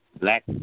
black